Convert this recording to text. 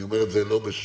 אני אומר את זה לא בשמם